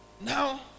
Now